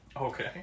Okay